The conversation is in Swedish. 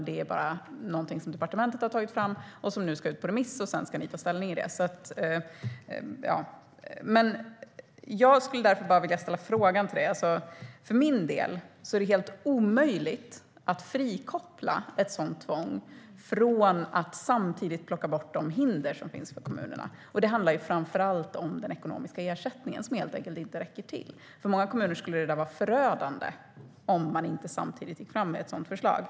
Det är bara någonting som departementet har tagit fram och som nu ska ut på remiss, och sedan ska ni ta ställning till det. För mig är det helt omöjligt att frikoppla ett sådant tvång från att samtidigt plocka bort de hinder som finns för kommunerna. Det handlar framför allt om den ekonomiska ersättningen, som helt enkelt inte räcker till. För många kommuner skulle det vara förödande om man inte samtidigt gick fram med ett sådant förslag.